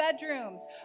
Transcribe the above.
bedrooms